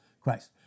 Christ